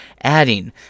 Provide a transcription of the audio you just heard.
adding